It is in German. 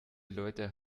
leute